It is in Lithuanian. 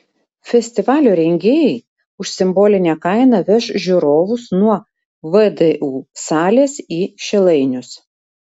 festivalio rengėjai už simbolinę kainą veš žiūrovus nuo vdu salės į šilainius